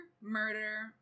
murder